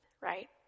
right